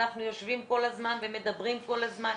אנחנו יושבים ומדברים כל הזמן,